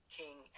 king